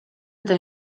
eta